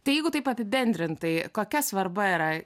tai jeigu taip apibendrintai kokia svarba yra